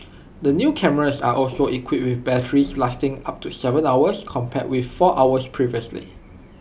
the new cameras are also equipped with batteries lasting up to Seven hours compared with four hours previously